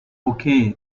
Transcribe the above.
okay